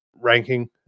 ranking